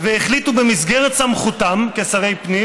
והחליטו במסגרת סמכותם כשרי פנים,